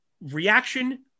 reaction